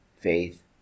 faith